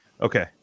Okay